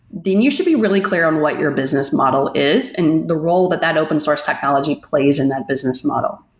then you should be really clear on what your business model is and the role that that open source technology plays in that business model.